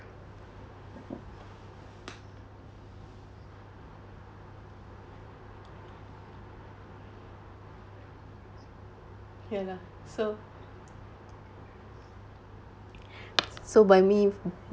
ya lah so so by me